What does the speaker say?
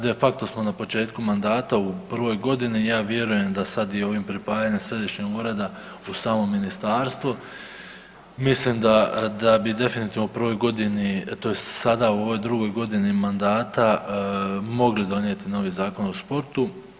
De facto smo na početku mandata u prvoj godini i ja vjerujem da sad i ovim pripajanjem središnjem ureda u samo ministarstvo mislim da bi definitivno u prvoj godini tj. sada u ovoj drugoj godini mandata mogli donijeti novi Zakon o sportu.